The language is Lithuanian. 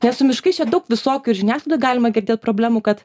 nes su miškais čia daug visokių žiniasklaidoj galima girdėt problemų kad